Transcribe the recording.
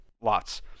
lots